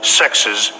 sexes